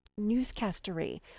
newscastery